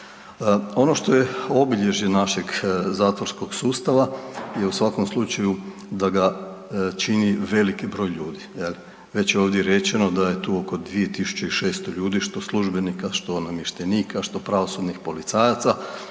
Ono što je obilježje našeg zatvorskog sustava je u svakom slučaju da ga čini veliki broj ljudi je li, već je ovdje rečeno da je tu oko 2.600 ljudi što službenika, što namještenika, što pravosudnih policajaca,